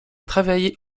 travailler